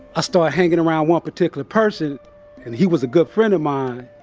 i started hanging around one particular person, and he was a good friend of mine,